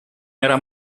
era